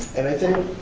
and i think